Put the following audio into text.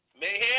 Mayhem